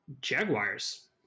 Jaguars